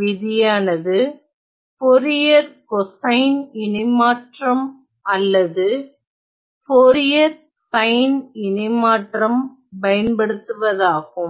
விதியானது Fourier cosine இணைமாற்றம் அல்லது போரியர் சைன் இணைமாற்றம் பயன்படுத்துவதாகும்